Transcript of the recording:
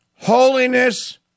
Holiness